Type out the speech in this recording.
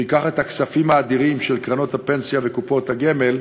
שייקח את הכספים האדירים של קרנות הפנסיה וקופות הגמל,